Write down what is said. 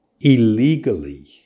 illegally